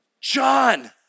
John